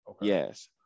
Yes